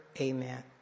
Amen